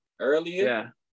Earlier